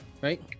Right